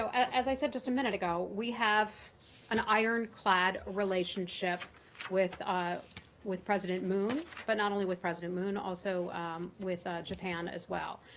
so as i said just a minute ago, we have an ironclad relationship with ah with president moon, but not only with president moon, also with japan as well.